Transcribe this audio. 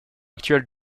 actuelle